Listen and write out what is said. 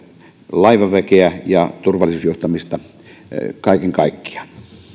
laivaväkeä ja turvallisuusjohtamista kaiken kaikkiaan